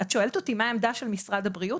את שואלת אותי מה העמדה של משרד הבריאות?